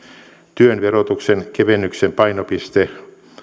työn verotuksen kevennyksen painopiste